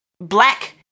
black